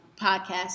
podcast